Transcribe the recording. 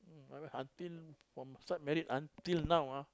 my wife until from start married until now ah